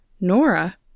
Nora